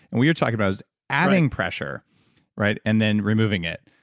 and what you're talking about is adding pressure right, and then removing it.